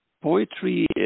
poetry